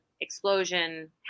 explosion